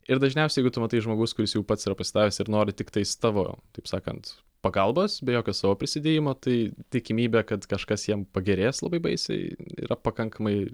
ir dažniausiai jeigu tu matai žmogaus kuris jau pats yra pasidavęs ir nori tiktais tavo taip sakant pagalbos be jokio savo prisidėjimo tai tikimybė kad kažkas jam pagerės labai baisiai yra pakankamai